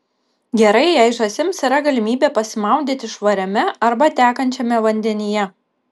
gerai jei žąsims yra galimybė pasimaudyti švariame arba tekančiame vandenyje